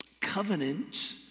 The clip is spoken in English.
covenant